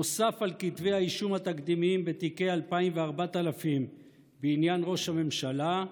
נוסף על כתבי האישום התקדימיים בתיקי 2000 ו-4000 בעניין ראש הממשלה,